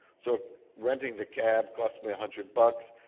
so renting the cab cost me a hundred bucks,